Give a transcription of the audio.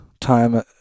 time